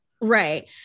Right